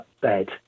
bed